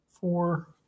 Four